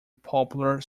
popular